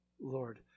Lord